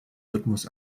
rhythmus